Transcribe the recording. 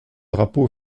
drapeau